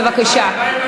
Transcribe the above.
בבקשה.